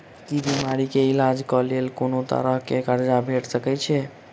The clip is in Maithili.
की बीमारी कऽ इलाज कऽ लेल कोनो तरह कऽ कर्जा भेट सकय छई?